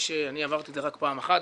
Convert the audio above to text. אני עברתי את זה רק פעם אחת,